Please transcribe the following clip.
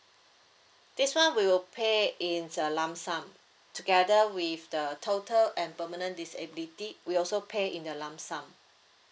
this one we will pay in a lump sum together with the total and permanent disability we also pay in a lump sum